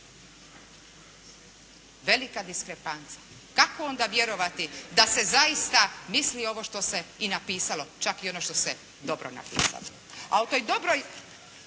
Velika diskrepanca. Kako onda vjerovati da se zaista misli ovo što se i napisalo, čak i ono što se dobro napisalo.